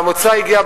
והמוצא הגיע,